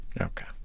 Okay